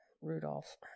Rudolph